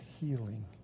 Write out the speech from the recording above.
healing